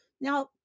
Now